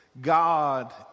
God